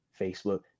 Facebook